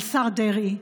לשר דרעי,